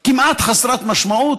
שהיא כמעט חסרת משמעות,